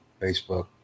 Facebook